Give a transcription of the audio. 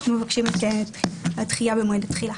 אנחנו מבקשים את הדחייה במועד התחילה.